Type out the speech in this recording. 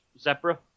zebra